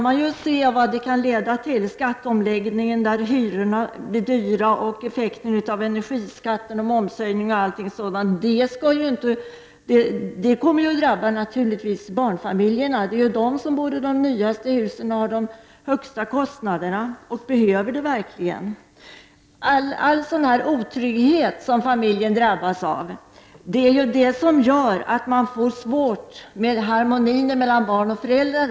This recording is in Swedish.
Man ser vad det kan leda till med skatteomläggning där hyrorna blir dyrare och effekten av energiskatten och momshöjningen och allting sådant kommer att drabba barnfamiljerna. Det är ju de som behöver bo i de nyaste husen med de högsta kostnaderna. All sådan otrygghet som familjen drabbas av gör det svårare att få harmoni mellan barn och föräldrar.